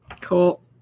Cool